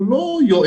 הוא לא יועץ,